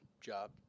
job